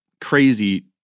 crazy